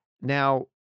Now